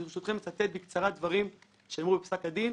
ברשותכם, אצטט בקצרה דברים שנאמרו בפסק הדין,